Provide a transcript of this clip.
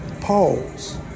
pause